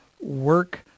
work